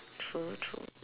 true true